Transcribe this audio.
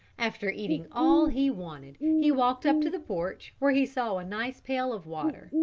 after eating all he wanted he walked up to the porch where he saw a nice pail of water.